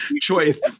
choice